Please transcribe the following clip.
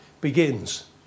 begins